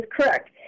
correct